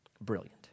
Brilliant